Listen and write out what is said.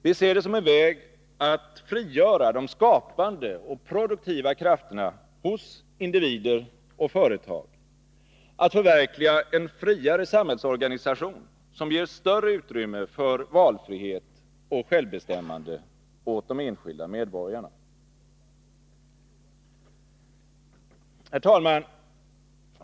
Vi ser det som en väg att frigöra de skapande och produktiva krafterna hos individer och företag, att förverkliga en friare samhällsorganisation, som ger större utrymme för valfrihet och självbestämmande åt de enskilda medborgarna. Herr talman!